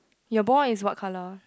your ball is what colour